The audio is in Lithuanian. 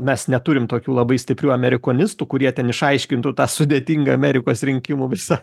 mes neturim tokių labai stiprių amerikonistų kurie ten išaiškintų tą sudėtingą amerikos rinkimų visą